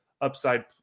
upside